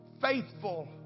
faithful